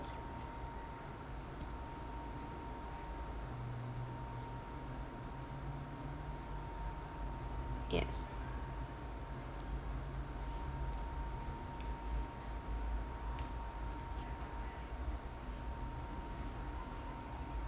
yes